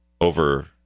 over